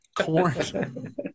corn